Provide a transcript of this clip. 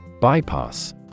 Bypass